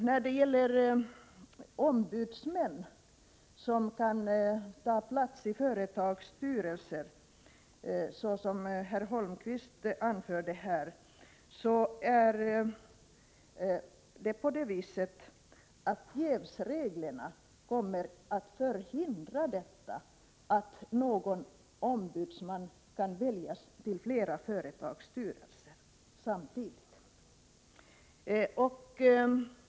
När det gäller ombudsmän som kan ta plats i företags styrelser, vilket herr Holmkvist här berörde, kommer ju jävsreglerna att förhindra att en ombudsman kan ingå i fler än en styrelse samtidigt.